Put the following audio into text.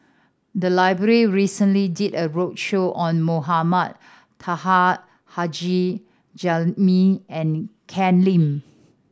the library recently did a roadshow on Mohamed Taha Haji Jamil and Ken Lim